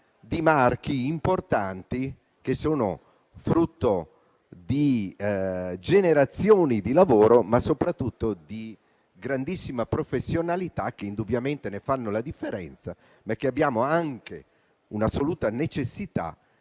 di marchi importanti, frutto di generazioni di lavoro, ma soprattutto di grandissima professionalità, che indubbiamente fanno la differenza e che dobbiamo assolutamente